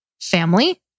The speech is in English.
family